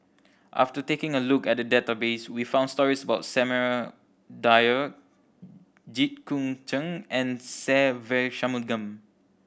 after taking a look at the database we found stories about Samuel Dyer Jit Koon Ch'ng and Se Ve Shanmugam